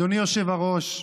אדוני היושב-ראש,